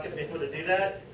able to do that.